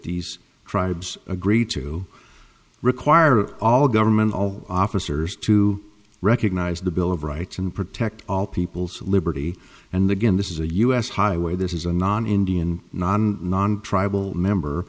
these tribes agreed to require all government all officers to recognize the bill of rights and protect all peoples liberty and again this is a u s highway this is a non indian non non tribal member